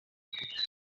rifatika